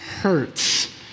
hurts